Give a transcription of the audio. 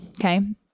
Okay